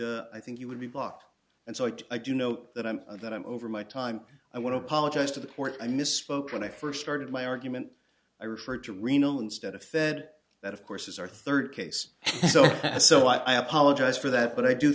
i think you would be blocked and so i do i do note that i'm that i'm over my time i want to apologize to the point i misspoke when i first started my argument i referred to reno instead of said that of course is our third case so so i apologize for that but i do